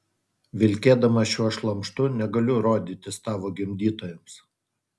vilkėdama šiuo šlamštu negaliu rodytis tavo gimdytojams